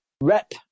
rep